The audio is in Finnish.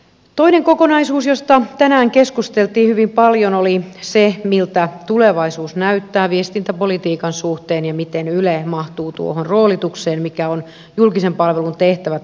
toinen kokonaisuus josta tänään keskusteltiin hyvin paljon oli se miltä tulevaisuus näyttää viestintäpolitiikan suhteen ja miten yle mahtuu tuohon roolitukseen mikä on julkisen palvelun tehtävä tuossa roolituksessa